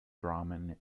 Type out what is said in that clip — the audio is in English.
drammen